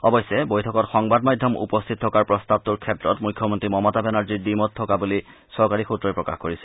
অৱশ্যে বৈঠকত সংবাদ মাধ্যম উপস্থিত থকাৰ প্ৰস্তাৱটোৰ ক্ষেত্ৰত মুখ্যমন্ত্ৰী মমতা বেনাৰ্জীৰ দ্বিমত থকা বুলি চৰকাৰী সুত্ৰই প্ৰকাশ কৰিছে